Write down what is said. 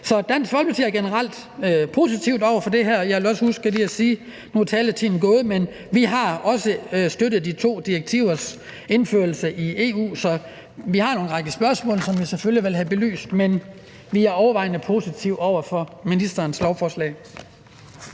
Så Dansk Folkeparti er generelt positiv over for det her. Nu er taletiden gået, men jeg vil også lige huske at sige, at vi også har støttet de to direktivers indførelse i EU. Vi har en række spørgsmål, som vi selvfølgelig vil have belyst, men vi er overvejende positive over for ministerens lovforslag.